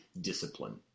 discipline